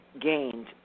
gained